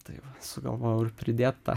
tai vat sugalvojau pridėt tą